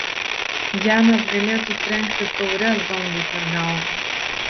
janas galėtų trenkti taure zombiui per galvą